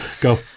Go